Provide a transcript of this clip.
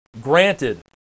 granted